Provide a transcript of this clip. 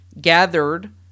gathered